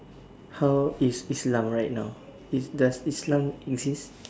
how is Islam right now is does the Islam exist